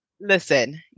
listen